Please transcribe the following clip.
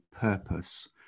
purpose